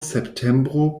septembro